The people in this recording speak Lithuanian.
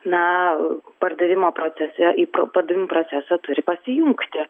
na pardavimo procese į pro į pardavimų procesą turi pasijungti